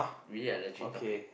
we need a legit topic